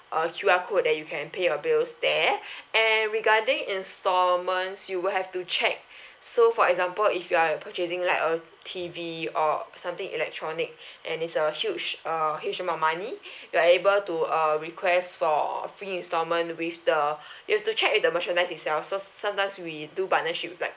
uh Q_R code that you can pay your bills there and regarding instalments you will have to check so for example if you are purchasing like a T_V or something electronic and it's a huge a huge amount of money you are able to uh request for free instalment with the you have to check with the merchandise itself so sometimes we do partnership like